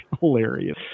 hilarious